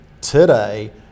today